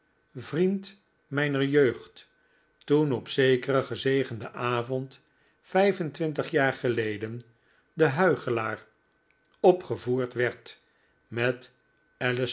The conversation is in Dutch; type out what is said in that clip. vriend mijner jeugd toen op zekeren gezegenden avond vijf en twintig jaar geleden de huichelaar opgevoerd werd met